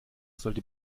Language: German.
sollte